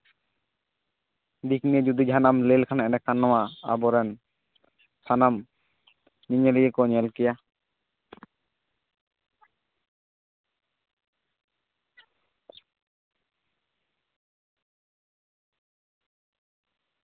ᱫᱤᱠ ᱱᱤᱭᱮ ᱡᱩᱫᱟᱹ ᱡᱟᱦᱟᱸᱱᱟᱜ ᱮᱢ ᱞᱟᱹᱭ ᱞᱮᱠᱷᱟᱱ ᱮᱸᱰᱮᱠᱷᱟᱱ ᱟᱵᱚ ᱨᱮᱱ ᱥᱟᱱᱟᱢ ᱧᱮᱧᱮᱞᱤᱭᱟᱹ ᱠᱚ ᱧᱮᱞ ᱠᱮᱭᱟ